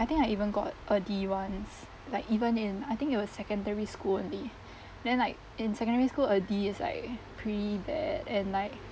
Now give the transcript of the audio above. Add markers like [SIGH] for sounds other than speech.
I think I even got a D once like even in I think it was secondary school only [BREATH] then like in secondary school a D is like pretty bad and like